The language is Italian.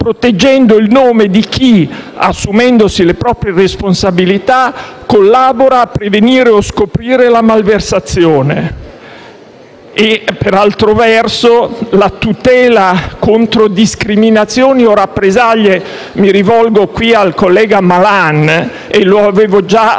proteggendo il nome di chi, assumendosi le proprie responsabilità, collabora a prevenire o scoprire la malversazione e, per altro verso, tutelandolo contro discriminazioni o rappresaglie. Mi rivolgo, a questo proposito, al collega Malan, e lo avevo già sottolineato